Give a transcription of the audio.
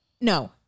No